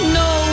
no